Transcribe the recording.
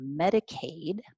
Medicaid